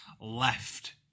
left